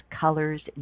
colors